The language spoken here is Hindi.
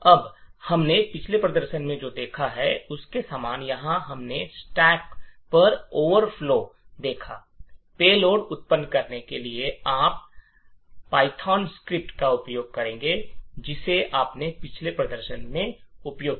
अब हमने पिछले प्रदर्शन में जो देखा है उसके समान जहां हमने स्टैक पर बफर ओवरफ्लो देखा पेलोड उत्पन्न करने के लिए आप पायथन स्क्रिप्ट का उपयोग करेंगे जिसे आपने पिछले प्रदर्शन में उपयोग किया है